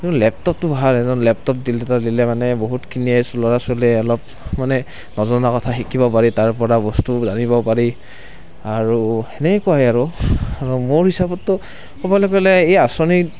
কিন্তু লেপটপটো ভাল লেপটপ দিলে মানে বহুতখিনি ল'ৰা ছোৱালীয়ে অলপ মানে নজনা কথা শিকিব পাৰে তাৰপৰা বস্তু জানিব পাৰি আৰু এনেকুৱাই আৰু মোৰ হিচাপততো ক'বলৈ গ'লে এই আঁচনি